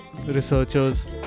researchers